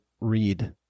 read